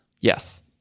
Yes